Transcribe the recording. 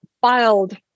filed